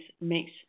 makes